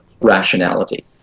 rationality